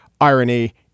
irony